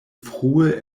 frue